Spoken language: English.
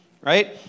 Right